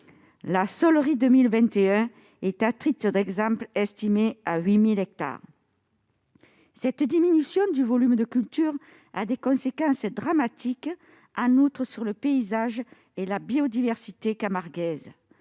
La sole riz 2021 est, à titre d'exemple, estimée à 8 000 hectares. En outre, cette diminution du volume de culture a des conséquences dramatiques sur le paysage et la biodiversité camarguaise.